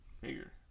bigger